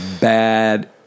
bad